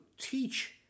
teach